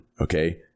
Okay